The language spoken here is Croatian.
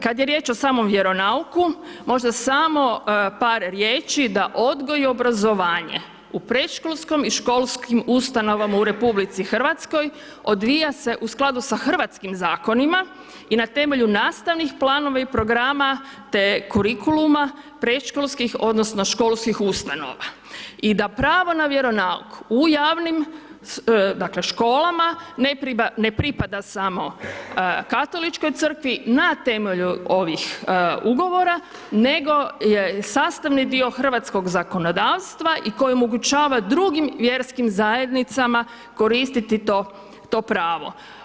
Kad je riječ o samom vjeronauku možda samo par riječi, da odgoj i obrazovanje u predškolskom i školskim ustanovama u RH odvija se u skladu sa hrvatskim zakonima i na temelju nastavnih planova i programa te kurikuluma predškolskih odnosno školskih ustanova i da pravo na vjeronauk u javnim dakle školama ne pripada samo Katoličkoj crkvi na temelju ovih ugovora, nego je sastavni dio hrvatskog zakonodavstva i koji omogućava drugim vjerskim zajednicama koristiti to, to pravo.